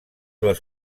les